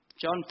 John